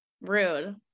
rude